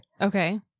Okay